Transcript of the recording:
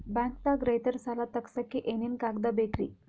ಬ್ಯಾಂಕ್ದಾಗ ರೈತರ ಸಾಲ ತಗ್ಸಕ್ಕೆ ಏನೇನ್ ಕಾಗ್ದ ಬೇಕ್ರಿ?